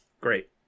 Great